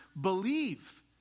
believe